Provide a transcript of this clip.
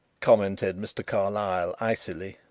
commented mr. carlyle icily.